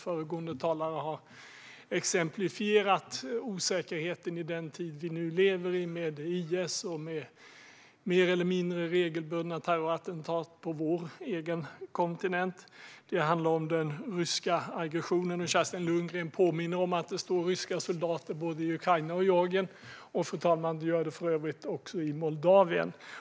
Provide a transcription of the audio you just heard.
Föregående talare har exemplifierat osäkerheten i den tid vi nu lever i med IS och med mer eller mindre regelbundna terrorattentat på vår egen kontinent. Det handlar om den ryska aggressionen. Kerstin Lundgren påminner om att det står ryska soldater både i Ukraina och i Georgien, och, fru talman, det gör det för övrigt också i Moldavien.